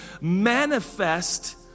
manifest